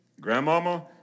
grandmama